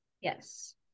Yes